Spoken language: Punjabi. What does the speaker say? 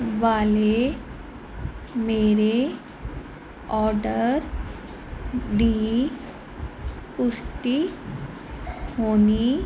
ਵਾਲੇ ਮੇਰੇ ਆਰਡਰ ਦੀ ਪੁਸ਼ਟੀ ਹੋਣੀ